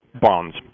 bonds